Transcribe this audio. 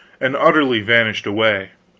and utterly vanished away.